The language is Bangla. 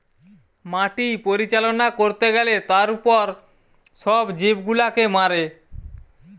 মাটি পরিচালনা করতে গ্যালে তার উপর সব জীব গুলাকে মারে